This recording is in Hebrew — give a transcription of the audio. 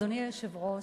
אדוני היושב-ראש,